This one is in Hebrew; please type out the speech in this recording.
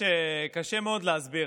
שקשה מאוד להסביר.